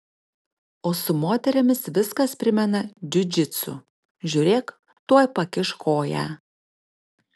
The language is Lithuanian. o su moterimis viskas primena džiudžitsu žiūrėk tuoj pakiš koją